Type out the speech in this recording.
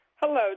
Hello